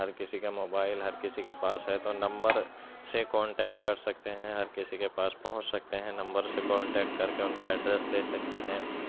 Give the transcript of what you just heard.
ہر کسی کے موبائل ہر کسی کے پاس ہے تو نمبر سے کانٹیکٹ کر سکتے ہیں ہر کسی کے پاس پہنچ سکتے ہیں نمبر سے کانٹیکٹ کر کے ان کا ایڈریس لے سکتے ہیں